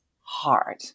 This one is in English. hard